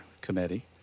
Committee